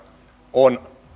on